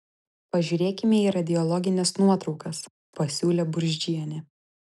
pažiūrėkime į radiologines nuotraukas pasiūlė burzdžienė